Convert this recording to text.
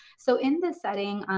so in this setting,